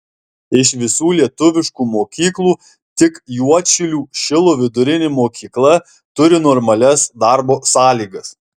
iš visų lietuviškų mokyklų tik juodšilių šilo vidurinė mokykla turi normalias darbo sąlygas